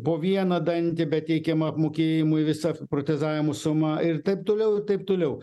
po vieną dantį bet teikiama apmokėjimui visa protezavimo suma ir taip toliau ir taip toliau